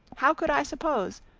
how could i suppose,